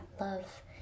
love